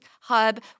hub